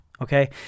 okay